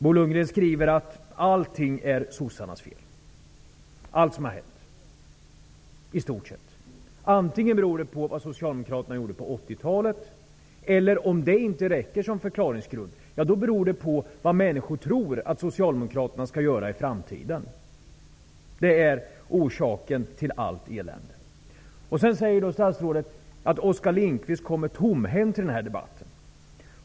Bo Lundgren skriver att i stort sett allt som har hänt är sossarnas fel. Antingen beror det på vad Socialdemokraterna gjorde på 80-talet eller, om det inte räcker som förklaringsgrund, på vad människor tror att Socialdemokraterna skall göra i framtiden. Det är orsaken till allt elände. Statsrådet skriver att Oskar Lindkvist kommer tomhänt till debatten.